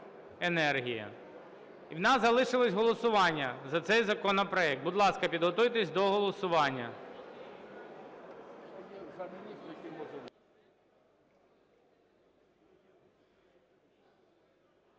У нас залишилось голосування за цей законопроект. Будь ласка, підготуйтесь до голосування.